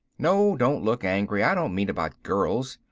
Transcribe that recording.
no, don't look angry, i don't mean about girls.